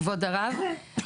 כבוד הרב.